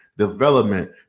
development